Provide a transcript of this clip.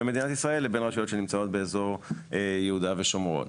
במדינת ישראל לרשויות ביהודה ושומרון